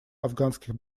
афганских